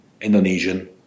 Indonesian